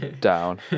down